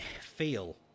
feel